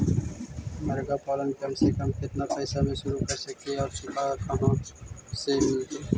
मरगा पालन कम से कम केतना पैसा में शुरू कर सकली हे और चुजा कहा से मिलतै?